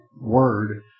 word